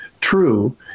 true